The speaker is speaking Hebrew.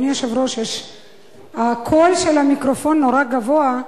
קול המיקרופון נורא גבוה.